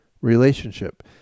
relationship